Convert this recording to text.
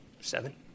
Seven